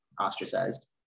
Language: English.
ostracized